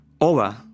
over